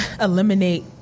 eliminate